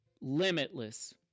limitless